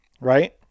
right